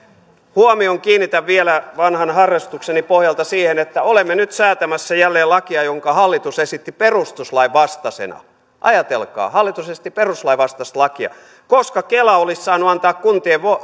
huomion kiinnitän vielä vanhan harrastukseni pohjalta siihen että olemme nyt säätämässä jälleen lakia jonka hallitus esitti perustuslain vastaisena ajatelkaa hallitus esitti perustuslain vastaista lakia koska kela olisi saanut antaa kuntien